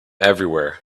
everywhere